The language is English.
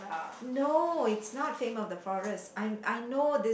no it's not Flame of the Forest I I know this